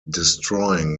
destroying